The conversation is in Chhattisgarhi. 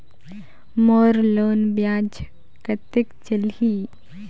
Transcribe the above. मोर लोन ब्याज कतेक चलही?